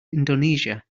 indonesia